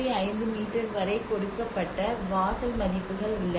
5 metre வரை கொடுக்கப்பட்ட வாசல் மதிப்புகள் உள்ளன